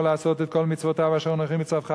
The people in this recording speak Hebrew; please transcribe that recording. לעשות את כל מצוותיו אשר אנוכי מצווך היום,